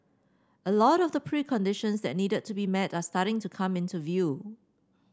a lot of the preconditions that needed to be met are starting to come into view